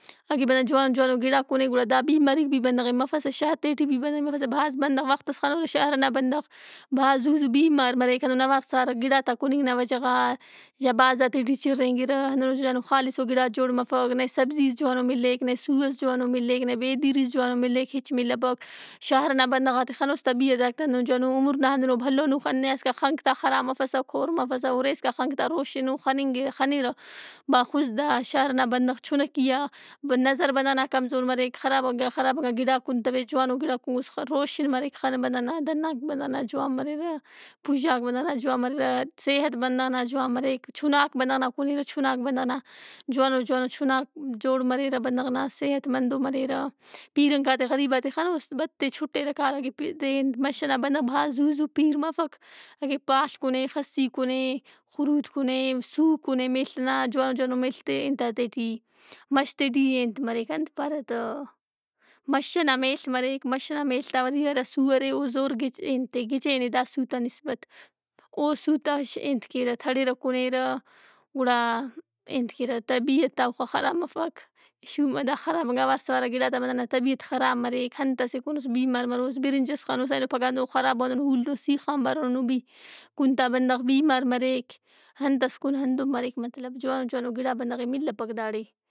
اگہ بندغ جوان جوانو گِڑا کُنے گُڑادا بیمارِیک بھی بندغ ئے مفسہ۔ شارتے ٹی بھی بندغ ئے مفسہ۔ بھاز بندغ وختس خنوس شار ئنا بندغ بھاز زُو زو بیمار مریک۔ ہندن اوار سوار آ گِڑات آ کُننگ نا وجہ غا۔ یا بھازاتے ٹی چِرینگِرہ ہنّنو جوانو خالصو گِڑا جوڑ مفک۔ نئے سبزیِس جوانو مِلّیک، نئے سُو ئس جوانو مِلّیک، نئے بیدِیرِیس جوانو مِلیک۔ ہِچ ملّیپک۔ شار نا بندغات ئے خنوس طبیعتاک تا ہنّو جوان او عمر نا ہندنو بھلون او خنیسکا-- خنک تا خراب مفسہ، کور مفسہ، اُرے اِسکا خنک تا روشن او خنِنگہِ-- خنِرہ۔ بہ-- خضدار شار نا بندغ چُھنکی آ، نظر بندغ نا کمزور مریک۔ خرابِنگ خرابِنگا گِڑا کُنتویس، جوانو گِڑا کُنگُس خہ-- روشن مریک خن بندغ نا، دنّناک بندغ نا جوان مریرہ۔ پُژاک بندغ نا جوان مریرہ۔ صحت بندغ نا جوان مریک۔ چُناک بندغ نا کُنیرہ، چُناک بندغ نا جوانو جوانو چُناک جوڑ مریرہ بندغ نا، صحت مندو مریرہ۔ پیرنگات ئے غریبات ئے خنوس بدتِر چُھٹِرہ کارہ کہ پے-- دین۔۔ مَش ئنا بندغ بھاز زُو زُو پِیر مفک۔ اگہ پال کُنے، خسّی کُنے، خُرُود کُنے، سُو کُنے میڷ نا، جوان جوانو میڷت ئے انتات ئے ٹی مَشت ئے ٹی، انت مریک۔ انت پارہ تہ؟ مَش ئنا میڷ مریک۔ مَش ئنا میڷت آ وری ہرا سُو ارے۔ او زور گِچے-- گِچین اے دا سُوت آ نِسبت۔ او سُوت آ ئے انت کیرہ تڑِرہ کُنیرہ گُڑا انت کیرہ، طبیعت تا اوخہ خراب مفک۔ شوما دا خرابِنگا اوار سوارِنگا گِڑات آ بندغ نا طبیعت خراب مریک۔ انتس ئے کُنوس بیمار مروس۔ بِرِنجس خنوس اینو پھگہ ہندن خراب او اُولن او سیخ آنبار اون او بھی، کُن تا بندغ بیمار مریک۔ انتس کُن ہندن مریک مطلب جوان جوان وگِڑا بندغ ئے ملِّپک داڑے۔